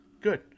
Good